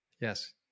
Yes